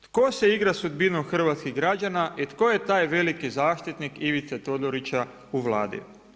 Tko se igra sudbinom hrvatskih građana i tko je taj veliki zaštitnik Ivice Todorića u Vladi?